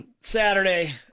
Saturday